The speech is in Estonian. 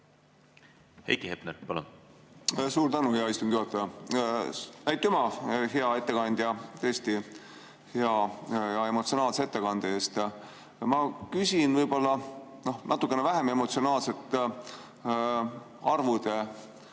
Heiki Hepner, palun! Suur tänu, hea istungi juhataja! Aitüma, hea ettekandja, tõesti hea ja emotsionaalse ettekande eest! Ma küsin võib-olla natuke vähem emotsionaalselt arvude